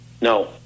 No